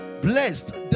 blessed